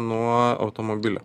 nuo automobilio